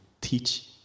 teach